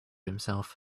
himself